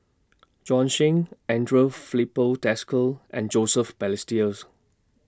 Bjorn Shen Andre Filipe Desker and Joseph Balestier's